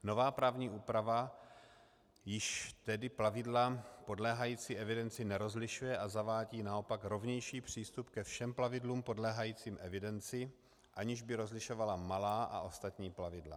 Nová právní úprava již tedy plavidla podléhající evidenci nerozlišuje a zavádí naopak rovnější přístup ke všem plavidlům podléhajícím evidenci, aniž by rozlišovala malá a ostatní plavidla.